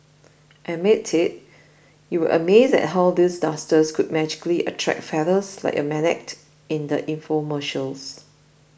admit it you were amazed at how these dusters could magically attract feathers like a magnet in the infomercials